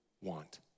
want